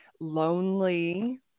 lonely